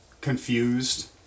Confused